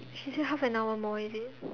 she say half an hour more is it